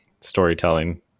storytelling